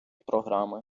програми